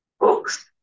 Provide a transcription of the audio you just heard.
books